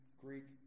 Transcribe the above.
Greek